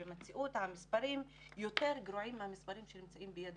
המספרים במציאות יותר גרועים מהמספרים שנמצאים בידנו,